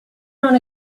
own